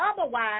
otherwise